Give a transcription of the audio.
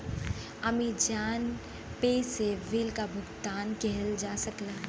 Amazon pay से bill क भुगतान किहल जा सकला